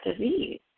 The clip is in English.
disease